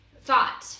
thought